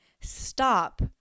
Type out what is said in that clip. stop